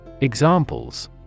Examples